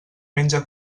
menja